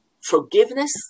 forgiveness